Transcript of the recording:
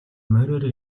мориор